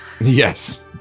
Yes